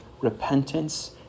repentance